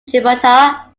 gibraltar